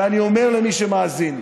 ואני אומר למי שמאזין: